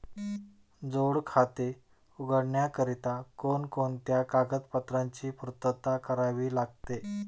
जोड खाते उघडण्याकरिता कोणकोणत्या कागदपत्रांची पूर्तता करावी लागते?